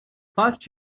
first